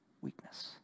weakness